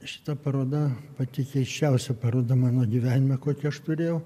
šita paroda pati keisčiausia paroda mano gyvenime kokį aš turėjau